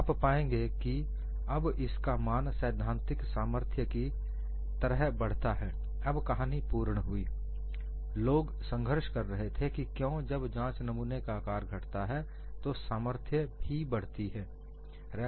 आप पाएंगे कि अब इसका मान सैद्धांतिक सामर्थ्य की तरह बढ़ता है अब कहानी पूर्ण हुई लोग संघर्ष कर रहे थे कि क्यों जब जांच नमूने का आकार घटता है तो सामर्थ्य भी बढती है